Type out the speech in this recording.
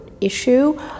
issue